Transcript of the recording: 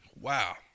Wow